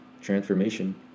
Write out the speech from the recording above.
transformation